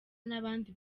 n’abandi